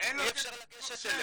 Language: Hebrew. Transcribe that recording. אי אפשר לגשת אליהם.